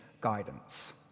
guidance